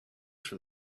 from